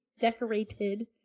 decorated